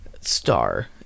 star